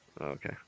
Okay